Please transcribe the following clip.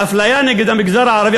האפליה נגד המגזר הערבי,